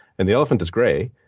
and the elephant is gray.